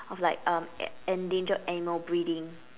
of like um endangered animal breeding